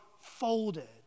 folded